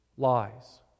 Lies